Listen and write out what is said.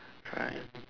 right